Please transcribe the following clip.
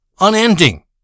unending